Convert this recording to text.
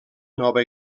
nova